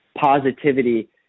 positivity